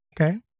Okay